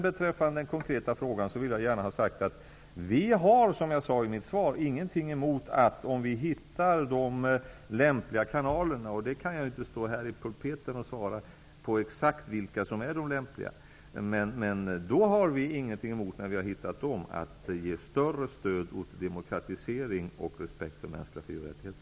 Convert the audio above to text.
Beträffande den konkreta frågan vill jag gärna ha sagt att vi, som jag sade i mitt svar, om vi hittar de lämpliga kanalerna -- jag kan emellertid inte stå här i pulpeten och tala om exakt vilka som är de lämpliga kanalerna -- inte har något emot att ge större stöd åt demokratisering och respekt för mänskliga fri och rättigheter.